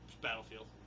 Battlefield